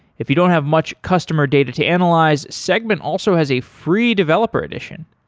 if you don't have much customer data to analyze, segment also has a free developer edition.